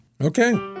Okay